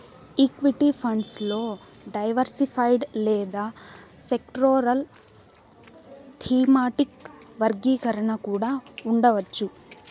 equity funds లో diversified లేదా sectoral, thematic వర్గీకరణ కూడా ఉండవచ్చు